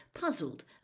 puzzled